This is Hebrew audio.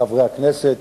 חברי הכנסת,